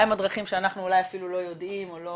מהן הדרכים שאנחנו אולי אפילו לא יודעים או לא